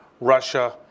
Russia